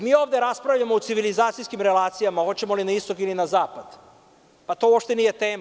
Mi ovde raspravljamo o civilizacijskim relacijama - hoćemo li na istok ili na zapad, a to uopšte nije tema.